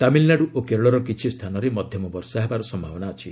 ତାମିଲନାଡୁ ଓ କେରଳର କିଛି ସ୍ଥାନରେ ମଧ୍ୟମ ବର୍ଷା ହେବାର ସମ୍ଭାବନା ଅଛି